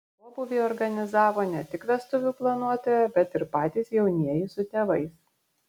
pobūvį organizavo ne tik vestuvių planuotoja bet ir patys jaunieji su tėvais